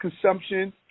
consumption